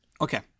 Okay